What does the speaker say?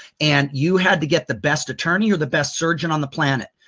and you had to get the best attorney or the best surgeon on the planet,